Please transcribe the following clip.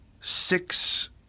six